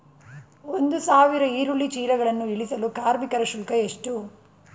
ಒಂದು ಸಾವಿರ ಈರುಳ್ಳಿ ಚೀಲಗಳನ್ನು ಇಳಿಸಲು ಕಾರ್ಮಿಕರ ಶುಲ್ಕ ಎಷ್ಟು?